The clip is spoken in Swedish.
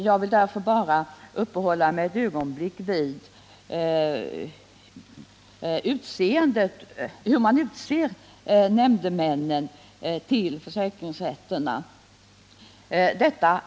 Jag vill därför ett ögonblick uppehålla mig vid hur nämndemännen i försäkringsrätterna utses.